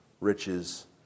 riches